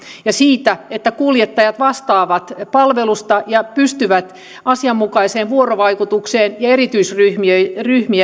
ja siitä että kuljettajat vastaavat palvelusta ja pystyvät asianmukaiseen vuorovaikutukseen ja erityisryhmiä